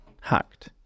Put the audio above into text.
hacked